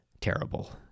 Terrible